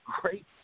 great